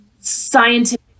scientific